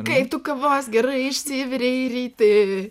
kaip tu kavos gerai išsivirei ryti